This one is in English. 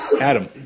Adam